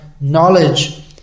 knowledge